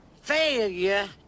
failure